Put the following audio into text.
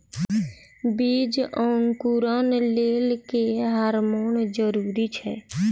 बीज अंकुरण लेल केँ हार्मोन जरूरी छै?